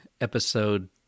episode